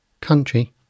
country